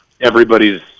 everybody's